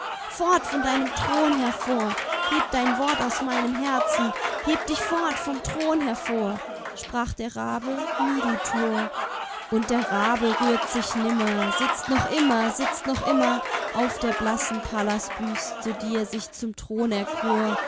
fort von deinem thron hervor heb dein wort aus meinem herzen heb dich fort vom thron hervor sprach der rabe nie du tor und der rabe rührt sich nimmer sitzt noch immer sitzt noch immer auf der blassen pallasbüste die er sich zum thron erkor